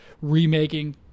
remaking